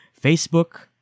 Facebook